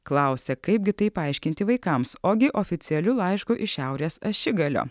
klausia kaipgi tai paaiškinti vaikams ogi oficialiu laišku iš šiaurės ašigalio